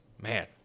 Man